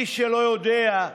מי שלא יודע,